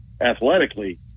athletically